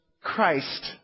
Christ